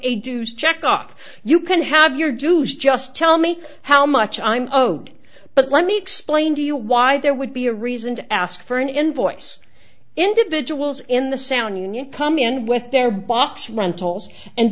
a dues check off you can have your dues just tell me how much i'm doing but let me explain to you why there would be a reason to ask for an invoice individuals in the sound union come in with their box rentals and